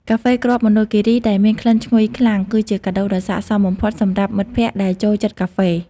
កាហ្វេគ្រាប់មណ្ឌលគិរីដែលមានក្លិនឈ្ងុយខ្លាំង គឺជាកាដូដ៏ស័ក្តិសមបំផុតសម្រាប់មិត្តភក្តិដែលចូលចិត្តកាហ្វេ។